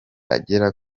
agera